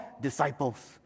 disciples